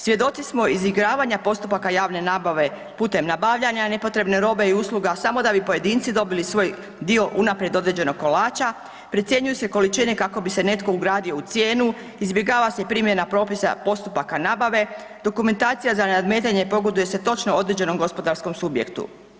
Svjedoci smo izigravanja postupaka javne nabave putem nabavljanja nepotrebne robe i usluga samo da bi pojedinci dobili svoj dio unaprijed određenog kolača, precjenjuju se količine kako bi se netko ugradio u cijenu, izbjegava se primjena propisa postupaka nabave, dokumentacija za nadmetanje pogoduje se točno određenom gospodarskom subjektu.